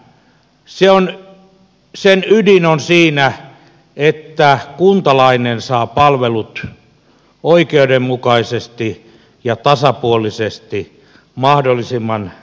sen ydin on siinä että kuntalainen saa palvelut oikeudenmukaisesti ja tasapuolisesti mahdollisimman läheltä